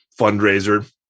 fundraiser